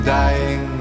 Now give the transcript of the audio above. dying